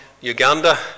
Uganda